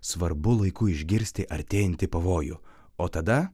svarbu laiku išgirsti artėjantį pavojų o tada